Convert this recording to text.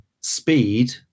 speed